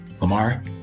Lamar